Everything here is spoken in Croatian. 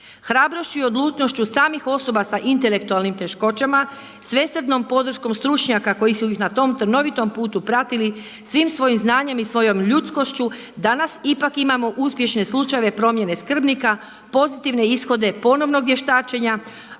Hrabrošću i odlučnošću samih osoba sa intelektualnim teškoćama, svesrdnom podrškom stručnjaka koji su ih na tom trnovitom putu pratili svim svojim znanjem i svojom ljudskošću danas ipak imamo uspješne slučajeve promjene skrbnika, pozitivne ishode ponovnog vještačenja